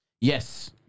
Yes